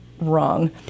wrong